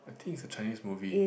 I think it's a Chinese movie